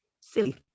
silly